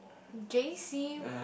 j_c